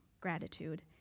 gratitude